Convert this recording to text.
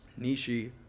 Nishi